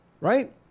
right